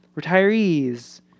retirees